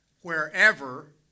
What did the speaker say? wherever